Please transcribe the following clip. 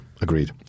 Agreed